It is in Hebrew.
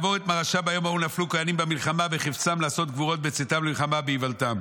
וייסע ללכת לארץ פלישתים".